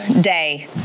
day